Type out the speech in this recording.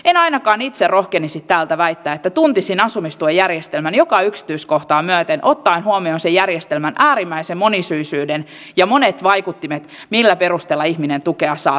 en ainakaan itse rohkenisi täältä väittää että tuntisin asumistuen järjestelmän joka yksityiskohtaa myöten ottaen huomioon sen järjestelmän äärimmäisen monisyisyyden ja monet vaikuttimet millä perusteella ihminen tukea saa